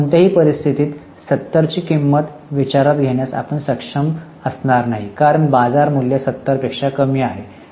आता कोणत्याही परिस्थितीत 70 ची किंमत विचारात घेण्यास आपण सक्षम असणार नाही कारण बाजार मूल्य 70 पेक्षा कमी आहे